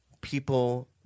people